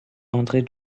andré